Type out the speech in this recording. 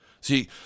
See